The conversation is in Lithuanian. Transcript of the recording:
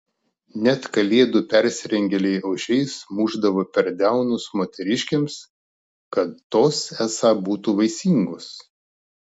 net kalėdų persirengėliai ožiais mušdavo per delnus moteriškėms kad tos esą būtų vaisingos